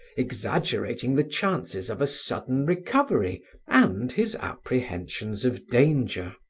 exaggerating the chances of a sudden recovery and his apprehensions of danger.